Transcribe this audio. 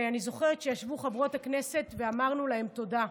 ואני זוכרת שישבו חברות הכנסת ואמרנו להם תודה.